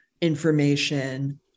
information